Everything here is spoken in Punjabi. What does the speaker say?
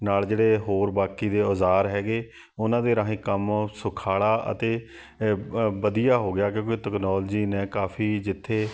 ਨਾਲ ਜਿਹੜੇ ਹੋਰ ਬਾਕੀ ਦੇ ਔਜ਼ਾਰ ਹੈਗੇ ਉਹਨਾਂ ਦੇ ਰਾਹੀਂ ਕੰਮ ਸੁਖਾਲਾ ਅਤੇ ਵਧੀਆ ਹੋ ਗਿਆ ਕਿਉਂਕਿ ਤਕਨੋਲਜੀ ਨੇ ਕਾਫੀ ਜਿੱਥੇ